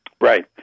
Right